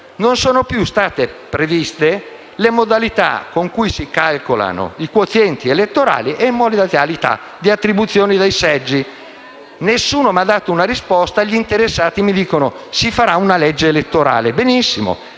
non sono più state previste le modalità di calcolo dei quozienti elettorali e le modalità di attribuzione dei seggi. Nessuno mi ha dato una risposta e gli interessati mi rispondono che si farà una legge elettorale. Benissimo!